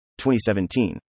2017